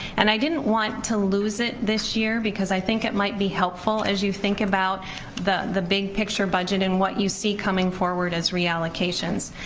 and i didn't want to lose it this year, because i think it might be helpful as you think about the the big picture budget and what you see coming forward as reallocations.